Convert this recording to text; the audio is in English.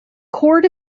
court